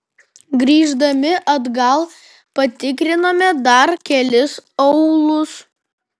grįždami atgal patikrinome dar kelis aūlus